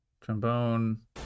Trombone